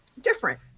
different